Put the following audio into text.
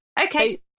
Okay